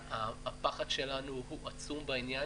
הפחד שלנו הוא עצום בעניין.